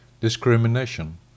Discrimination